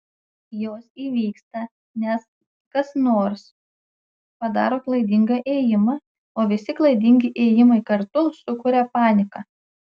jos įvyksta nes kas nors padaro klaidingą ėjimą o visi klaidingi ėjimai kartu sukuria paniką